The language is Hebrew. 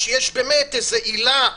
כשיש באמת איזו עילה.